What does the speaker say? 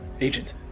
Agent